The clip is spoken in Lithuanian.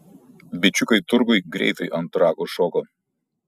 bičiukai turguj greitai ant rago šoko